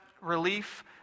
Relief